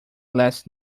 last